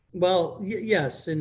well, yeah yes, and